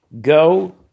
go